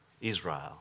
Israel